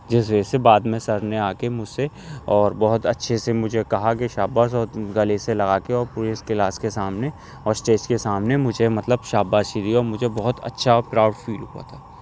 جس وجہ سے بعد میں سر نے آ کے مجھ سے اور بہت اچھے سے مجھے کہا کہ شاباش اور تم گلے سے لگا کے اور پورے کلاس کے سامنے اور اسٹیج کے سامنے مجھے مطلب شاباشی دی اور مجھے بہت اچھا پراؤڈ فیل ہوا تھا